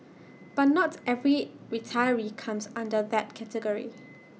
but not every retiree comes under that category